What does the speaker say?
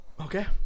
Okay